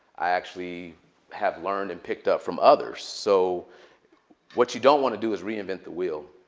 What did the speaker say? i actually have learned and picked up from others. so what you don't want to do is reinvent the wheel.